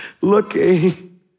looking